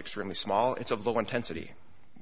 extremely small it's a low intensity